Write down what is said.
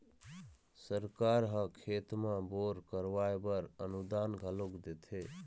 सरकार ह खेत म बोर करवाय बर अनुदान घलोक देथे